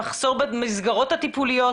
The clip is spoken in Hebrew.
למחסור במסגרות הטיפוליות.